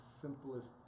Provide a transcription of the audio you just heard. simplest